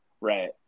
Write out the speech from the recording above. right